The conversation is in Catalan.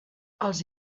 els